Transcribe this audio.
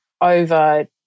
over